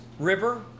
river